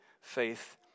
faith